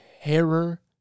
Terror